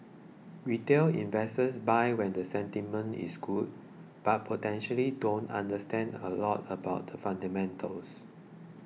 retail investors buy when the sentiment is good but potentially don't understand a lot about the fundamentals